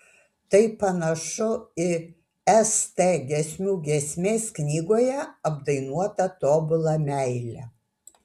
tai panašu į st giesmių giesmės knygoje apdainuotą tobulą meilę